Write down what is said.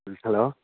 hello